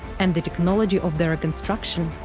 and the technologies of their construction,